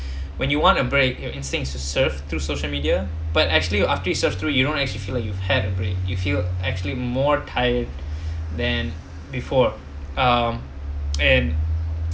when you want a break your instincts is to surf through social media but actually you after surf through you don't actually feel like you had a break you feel actually more tired than before um and